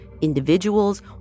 individuals